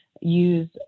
use